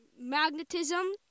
magnetism